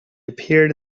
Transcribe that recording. appeared